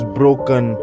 broken